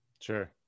Sure